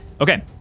Okay